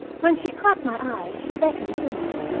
when she caught my eye, she beckoned to me.